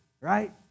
right